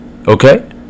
okay